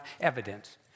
evidence